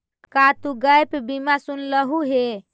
का तु गैप बीमा सुनलहुं हे?